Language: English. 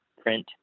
print